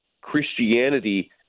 Christianity